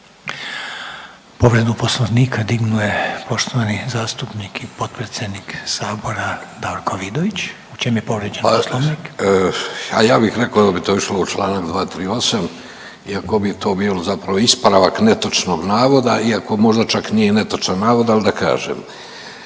Povredu poslovnika dignuo je poštovani zastupnik i potpredsjednik sabora Davorko Vidović, u čem je povrijeđen poslovnik? **Vidović, Davorko (Socijaldemokrati)** A ja bih rekao da bi to išlo u čl. 238. iako bi to bio zapravo ispravak netočnog navoda, iako možda čak nije i netočan navod, al da kažem.